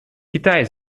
китай